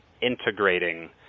integrating